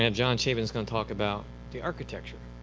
and john chapin is going to talk about the architecture.